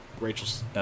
Rachel's